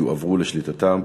יועברו לשליטתם,